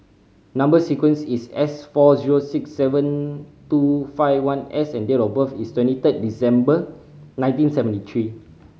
number sequence is S four zero six seven two five one S and date of birth is twenty third December nineteen seventy three